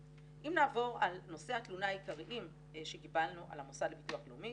נעבור על נושאי התלונה העיקריים שקיבלנו על המוסד לביטוח לאומי,